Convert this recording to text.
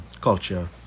culture